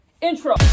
Intro